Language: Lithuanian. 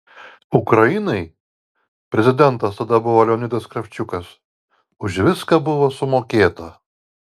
ukrainai prezidentas tada buvo leonidas kravčiukas už viską buvo sumokėta